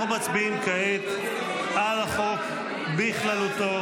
אנחנו מצביעים כעת על החוק בכללותו.